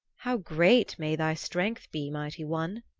how great may thy strength be, mighty one?